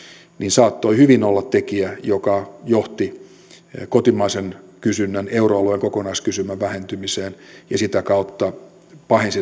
saattoi hyvin olla tekijä joka johti kotimaisen kysynnän euroalueen kokonaiskysynnän vähentymiseen ja sitä kautta pahensi